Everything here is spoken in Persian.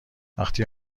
وقتی